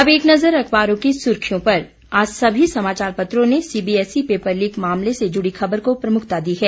अब एक नज़र अखबारों की सुर्खियों पर आज सभी समाचार पत्रों ने सीबीएसईपेपर लीक मामले से जुड़ी खबर को प्रमुखता दी है